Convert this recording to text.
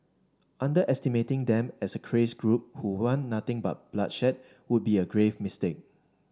underestimating them as a crazed group who want nothing but bloodshed would be a grave mistake